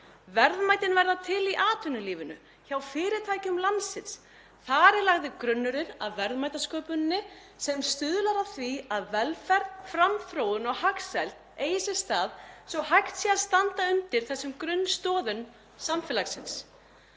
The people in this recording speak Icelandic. Verðmætin verða til í atvinnulífinu hjá fyrirtækjum landsins. Þar er lagður grunnurinn að verðmætasköpuninni sem stuðlar að því að velferð, framþróun og hagsæld eigi sér stað svo hægt sé að standa undir þessum grunnstoðum samfélagsins.